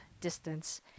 distance